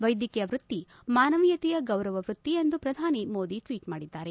ವೈದ್ವಕೀಯ ವೃತ್ತಿ ಮಾನವೀಯತೆಯ ಗೌರವ ವೃತ್ತಿ ಎಂದು ಪ್ರಧಾನಿ ಮೋದಿ ಟ್ವೀಟ್ ಮಾಡಿದ್ದಾರೆ